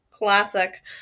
Classic